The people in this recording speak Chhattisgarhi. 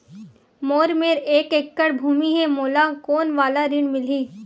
मोर मेर एक एकड़ भुमि हे मोला कोन वाला ऋण मिलही?